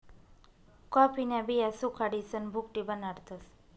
कॉफीन्या बिया सुखाडीसन भुकटी बनाडतस